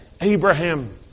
Abraham